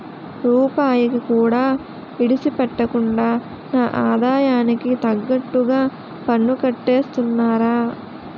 రూపాయికి కూడా ఇడిసిపెట్టకుండా నా ఆదాయానికి తగ్గట్టుగా పన్నుకట్టేస్తున్నారా